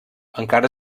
encara